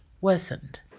worsened